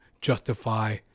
justify